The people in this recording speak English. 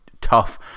tough